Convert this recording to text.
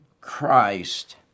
Christ